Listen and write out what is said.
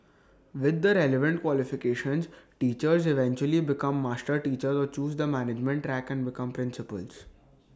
with the relevant qualifications teachers eventually become master teachers or choose the management track and become principals